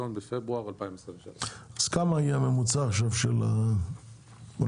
בפברואר 2023)." אז כמה יהיה ממוצע עכשיו של המסגרות בממוצע?